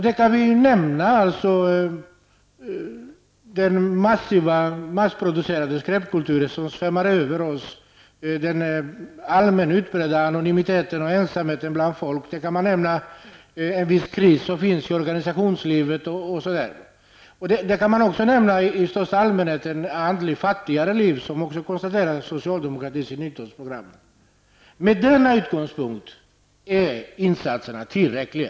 Vi kan i detta sammanhang nämna den massproducerade skräpkultur som väller över oss, den allmänt utbredda anonymiteten och människors ensamhet, en viss kris som finns i organisationslivet osv. Man kan också i största allmänhet nämna det andligt fattigare liv, vilket konstaterades i socialdemokraternas 90 talsprogram. Är insatserna utifrån denna utgångspunkt tillräckliga?